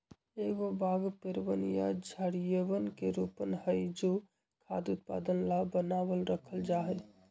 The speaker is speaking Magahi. एगो बाग पेड़वन या झाड़ियवन के रोपण हई जो खाद्य उत्पादन ला बनावल रखल जाहई